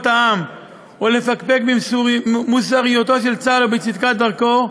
העם או לפקפק במוסריותו של צה"ל או בצדקת דרכו,